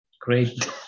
Great